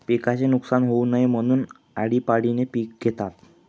पिकाचे नुकसान होऊ नये म्हणून, आळीपाळीने पिक घेतात